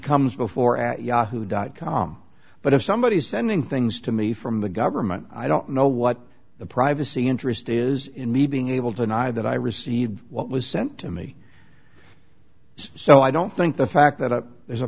comes before at yahoo dot com but if somebody is sending things to me from the government i don't know what the privacy interest is in me being able to ny that i received what was sent to me so i don't think the fact that there's a